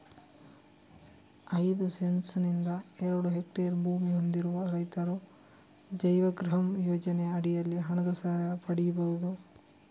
ಐದು ಸೆಂಟ್ಸ್ ನಿಂದ ಎರಡು ಹೆಕ್ಟೇರ್ ಭೂಮಿ ಹೊಂದಿರುವ ರೈತರು ಜೈವಗೃಹಂ ಯೋಜನೆಯ ಅಡಿನಲ್ಲಿ ಹಣದ ಸಹಾಯ ಪಡೀಬಹುದು